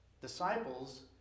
Disciples